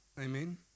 amen